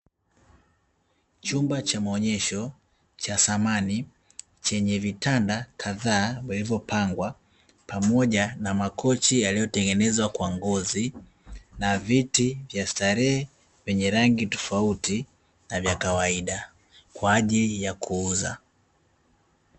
Chumba cha maonyesho cha samani, chenye vitanda kadhaa, vilivyopangwa, pamoja na makochi yaliyotengenezwa kwa ngozi, na viti vya starehe, vyenye rangi tofauti na vya kawaida, kwa ajili ya kuuza.